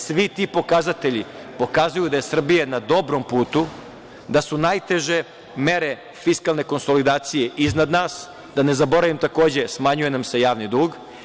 Svi ti pokazatelji pokazuju da je Srbija na dobrom putu, da su najteže mere fiskalne konsolidacije iznad nas, da ne zaboravim, takođe, smanjuje nam se javni dug.